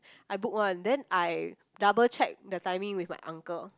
I book one then I double check the timing with my uncle